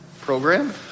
program